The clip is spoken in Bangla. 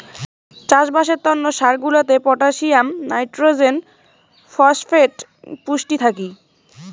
চাষবাসের তন্ন সার গুলাতে পটাসিয়াম, নাইট্রোজেন, ফসফেট পুষ্টি থাকি